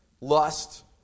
lust